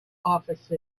office